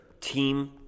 team